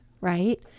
right